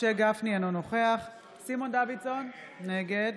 משה גפני, אינו נוכח סימון דוידסון, נגד